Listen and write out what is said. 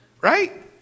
right